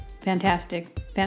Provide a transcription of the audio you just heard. fantastic